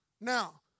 Now